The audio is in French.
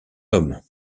homme